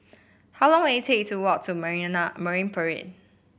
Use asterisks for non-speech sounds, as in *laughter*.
how long will it take to walk to *unintelligible* Marine Parade